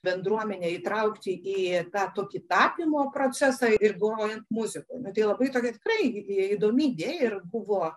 bendruomenę įtraukti į tą tokį tapymo procesą ir grojant muzikai nu tai labai tokia įdomi idėja ir buvo